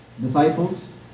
disciples